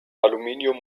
aluminium